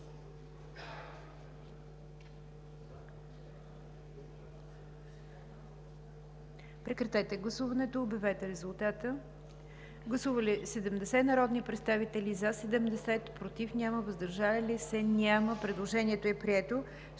Прекратете гласуването и обявете резултата. Гласували 70 народни представители: за 70, против и въздържали се няма. Предложението е прието.